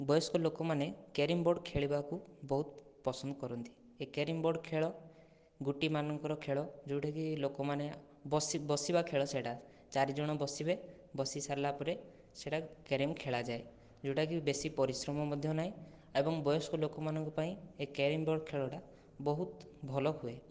ବୟସ୍କ ଲୋକମାନେ carrom board ଖେଳିବାକୁ ବହୁତ ପସନ୍ଦ କରନ୍ତି ଏ କ୍ୟାରମ୍ ବୋର୍ଡ଼୍ ଖେଳ ଗୋଟିମାନଙ୍କର ଖେଳ ଯେଉଁଟାକି ଲୋକମାନେ ବସି ବସିବା ଖେଳ ସେଇଟା ଚାରିଜଣ ବସିବେ ବସି ସାରିଲାପରେ ସେଇଟା କ୍ୟାରମ୍ ଖେଳାଯାଏ ଯେଉଁଟାକି ବେଶୀ ପରିଶ୍ରମ ମଧ୍ୟ ନାହିଁ ଏବଂ ବୟସ୍କ ଲୋକମାନଙ୍କ ପାଇଁ ଏ କ୍ୟାରମ୍ ବୋର୍ଡ଼୍ ଖେଳଟା ବହୁତ ଭଲ ହୁଏ